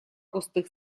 густых